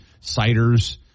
ciders